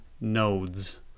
nodes